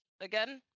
again